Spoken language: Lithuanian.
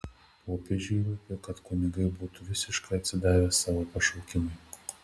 popiežiui rūpi kad kunigai būtų visiškai atsidavę savo pašaukimui